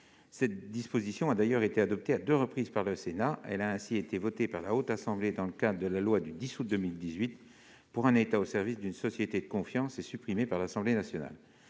telle disposition a d'ailleurs été adoptée à deux reprises par le Sénat. Elle a ainsi été votée par la Haute Assemblée dans le cadre du projet de loi pour un État au service d'une société de confiance, puis supprimée par l'Assemblée nationale.